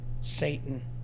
satan